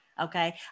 okay